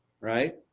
right